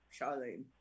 Charlene